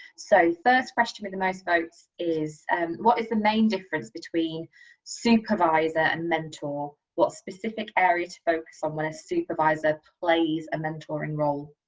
so first question with the most votes is and what is the main difference between supervisor and mentor, what specific area to focus on when a supervisor plays a mentoring and role